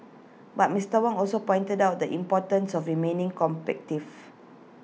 but Mister Wong also pointed out the importance of remaining